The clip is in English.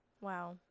Wow